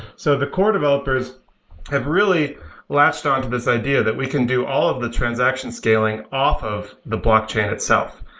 so the core developers have really latched on to this idea that we can do all of the transaction scaling off of the blockchain itself,